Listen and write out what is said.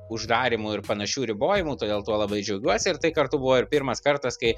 uždarymų ir panašių ribojimų todėl tuo labai džiaugiuosi ir tai kartu buvo ir pirmas kartas kai